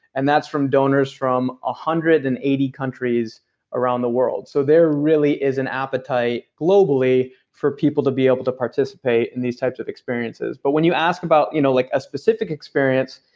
and that's from donors from one ah hundred and eighty countries around the world. so there really is an appetite globally for people to be able to participate in these types of experiences but when you ask about you know like a specific experience,